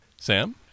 Sam